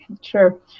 Sure